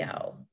go